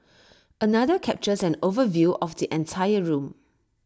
another captures an overview of the entire room